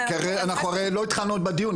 אנחנו לא התחלנו בדיון,